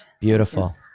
Beautiful